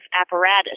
apparatus